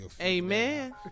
Amen